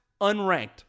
unranked